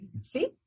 See